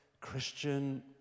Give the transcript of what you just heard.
Christian